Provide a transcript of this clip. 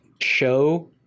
show